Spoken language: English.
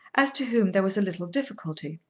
as to whom there was a little difficulty.